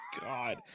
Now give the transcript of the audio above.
god